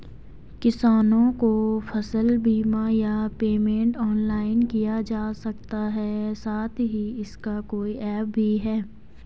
किसानों को फसल बीमा या पेमेंट ऑनलाइन किया जा सकता है साथ ही इसका कोई ऐप भी है?